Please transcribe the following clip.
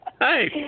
Hi